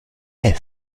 mit